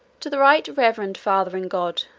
to the right reverend father in god,